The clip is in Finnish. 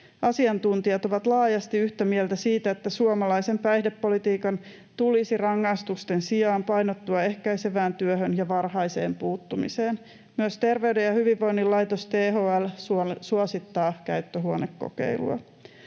Asiantuntijat ovat laajasti yhtä mieltä siitä, että suomalaisen päihdepolitiikan tulisi rangaistusten sijaan painottua ehkäisevään työhön ja varhaiseen puuttumiseen. Myös Terveyden ja hyvinvoinnin laitos THL suosittaa käyttöhuonekokeilua.